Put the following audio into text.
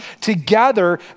Together